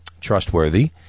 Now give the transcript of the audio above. trustworthy